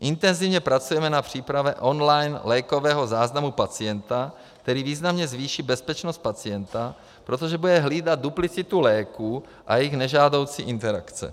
Intenzivně pracujeme na přípravě online lékového záznamu pacienta, který významně zvýší bezpečnost pacienta, protože bude hlídat duplicitu léků a jejich nežádoucí interakce.